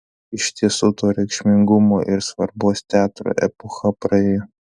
iš tiesų to reikšmingumo ir svarbos teatro epocha praėjo